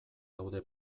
daude